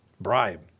bribe